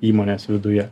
įmonės viduje